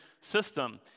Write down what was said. system